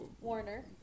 warner